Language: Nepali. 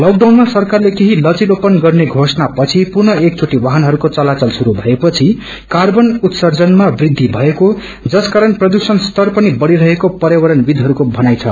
लकडाउनमासरकारले केहीलविलोपन गर्नेघोषणा पछि पुनः एकचोटा वाहनकहरूको चलायल श्रूभएपछि कार्बन उतर्सजनामा वूद्धि भएको जसकारण प्रदूषण स्तर पनि बढ़िरहेको प्यावरहरूवदिहरूको भनाइ छ